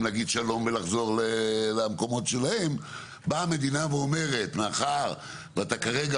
להגיד שלום ולחזור למקומות שלהם אבל באה המדינה ואומרת שאתה כרגע